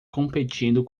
competindo